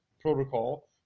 protocol